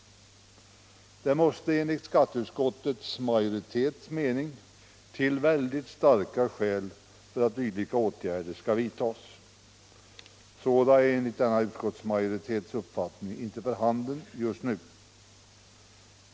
Det måste enligt skatteutskottets majoritet till väldigt starka skäl för att dylika åtgärder skall vidtas. Sådana skäl är enligt denna utskottsmajoritets uppfattning inte för handen just nu.